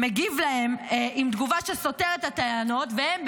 מגיב להם עם תגובה שסותרת את הטענות והם,